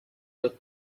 with